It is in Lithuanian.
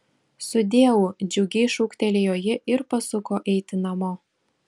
sudieu džiugiai šūktelėjo ji ir pasuko eiti namo